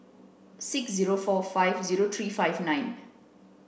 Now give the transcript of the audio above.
six zero four five zero three five nine